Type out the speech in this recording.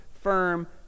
firm